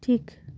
ᱴᱷᱤᱠ